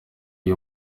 iyo